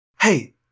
Hey